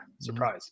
Surprise